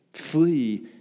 flee